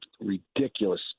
ridiculous